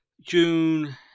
June